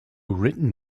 written